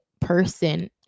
person